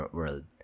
World